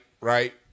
Right